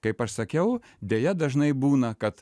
kaip aš sakiau deja dažnai būna kad